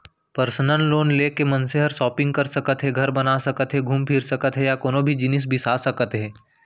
personal loan ले के मनसे हर सॉपिंग कर सकत हे, घर बना सकत हे घूम फिर सकत हे या कोनों भी जिनिस बिसा सकत हे